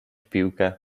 piłkę